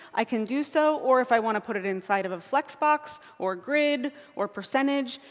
i can do so, or if i want to put it inside of a flexbox or grid or percentage,